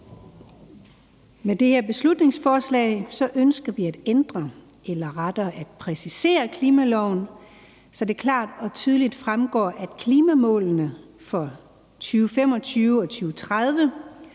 Med det her beslutningsforslag ønsker vi at ændre eller rettere at præcisere klimaloven, så det klart og tydeligt fremgår, at klimamålene for 2025 og 2030